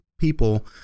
people